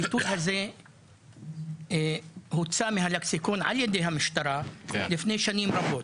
הביטוי הזה הוצא מהלקסיקון על ידי המשטרה לפני שנים רבות.